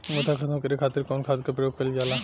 मोथा खत्म करे खातीर कउन खाद के प्रयोग कइल जाला?